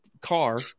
car